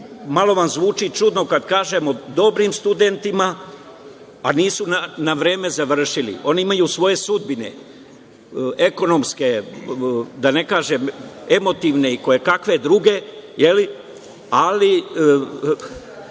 malo vam zvuči čudno, kada kažem, o dobrim studentima, a nisu na vreme završili. Oni imaju svoje sudbine ekonomske, da ne kažem emotivne i koje kakve druge, ali